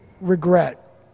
regret